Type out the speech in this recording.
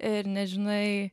ir nežinai